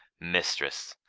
mistress,